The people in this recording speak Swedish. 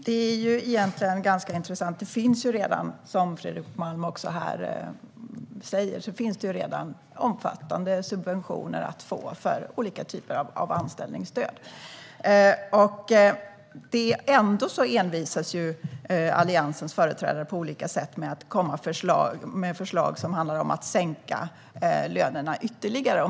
Herr talman! Det är ganska intressant. Som Fredrik Malm säger finns det redan omfattande subventioner att få i form av olika typer av anställningsstöd. Ändå envisas Alliansens företrädare med att komma med förslag som handlar om att sänka lönerna ytterligare.